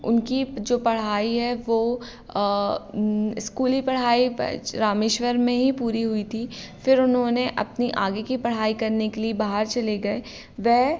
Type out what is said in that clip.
उनकी जो पढ़ाई है वह स्कूली पढ़ाई पंच रामेश्वर में ही पूरी हुई थी फ़िर उन्होंने अपनी आगे की पढ़ाई करने के लिए बाहर चले गए वह